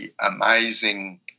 amazing